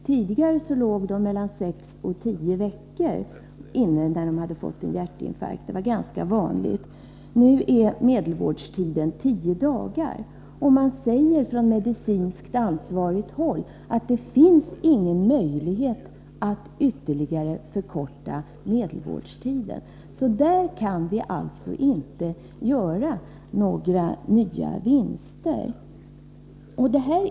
Tidigare låg de som hade fått en hjärtinfarkt vanligtvis inne mellan sex och tio veckor. Nu är medelvårdtiden tio dagar. Man säger från medicinskt ansvarigt håll att det inte finns någon möjlighet att ytterligare förkorta medelvårdtiden. Där kan vi alltså inte göra några ytterligare vinster.